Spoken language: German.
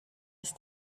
ist